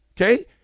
Okay